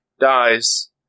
Dies